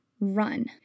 run